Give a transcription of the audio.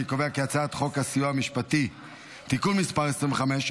אני קובע כי הצעת חוק הסיוע המשפטי (תיקון מס' 25),